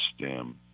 stem